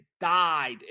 died